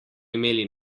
imeli